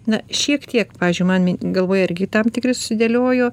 na šiek tiek pavyzdžiui man min galvoje irgi tam tikri susidėliojo